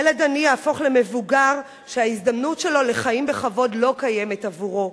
ילד עני יהפוך למבוגר שההזדמנות שלו לחיים בכבוד לא קיימת עבורו.